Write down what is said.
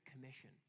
commission